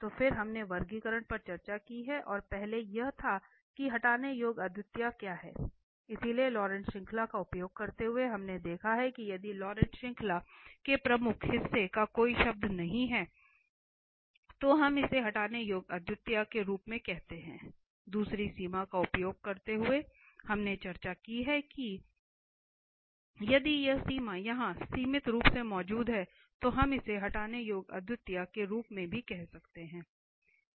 तो फिर हमने वर्गीकरण पर चर्चा की है और पहले यह था कि हटाने योग्य अद्वितीयता क्या है इसलिए लॉरेंट श्रृंखला का उपयोग करते हुए हमने देखा है कि यदि लॉरेंट श्रृंखला के प्रमुख हिस्से का कोई शब्द नहीं है तो हम इसे हटाने योग्य अद्वितीयता के रूप में कहते हैं दूसरी सीमा का उपयोग करते हुए हमने चर्चा की है कि यदि यह सीमा यहां सीमित रूप से मौजूद है तो हम इसे हटाने योग्य अद्वितीयता के रूप में भी कहते हैं